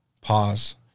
Pause